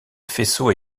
faisceau